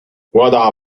وضع